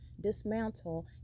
dismantle